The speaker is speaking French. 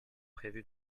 prévues